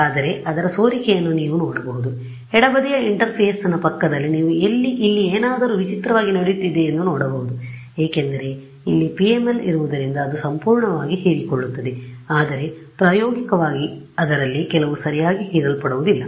ಆದರೆ ಅದರ ಸೋರಿಕೆಯನ್ನು ನೀವು ನೋಡಬಹುದು ಎಡ ಬದಿಯ ಇಂಟರ್ಫೇಸ್ನ ಪಕ್ಕದಲ್ಲಿ ನೀವು ಇಲ್ಲಿ ಏನಾದರೂ ವಿಚಿತ್ರವಾಗಿ ನಡೆಯುತ್ತಿದೆ ಎಂದು ನೋಡಬಹುದು ಏಕೆಂದರೆ ಇಲ್ಲಿ PML ಇರುವುದರಿಂದ ಅದು ಸಂಪೂರ್ಣವಾಗಿ ಹೀರಿಕೊಳ್ಳುತ್ತದೆ ಆದರೆ ಪ್ರಾಯೋಗಿಕವಾಗಿ ಅದರಲ್ಲಿ ಕೆಲವು ಸರಿಯಾಗಿ ಹೀರಲ್ಪಡುವುದಿಲ್ಲ